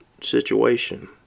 situation